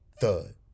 Thud